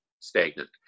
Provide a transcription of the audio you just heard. stagnant